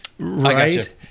right